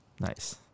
Nice